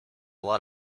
lot